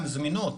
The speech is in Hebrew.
הן זמינות.